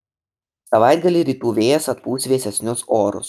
savaitgalį rytų vėjas atpūs vėsesnius orus